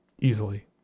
easily